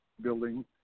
Building